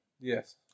Yes